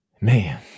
Man